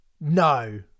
No